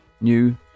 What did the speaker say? new